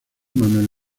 manuel